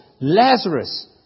Lazarus